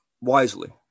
wisely